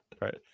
right